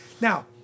Now